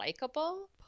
likable